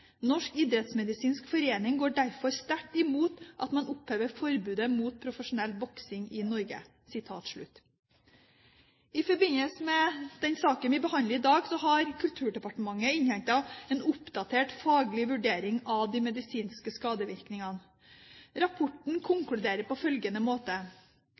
Norsk idrettsmedisinsk forening går derfor sterkt imot at man opphever forbudet mot profesjonell boksing i Norge.» I forbindelse med den saken vi behandler i dag, har Kulturdepartementet innhentet en oppdatert faglig vurdering av de medisinske skadevirkningene. Rapporten konkluderer på følgende måte: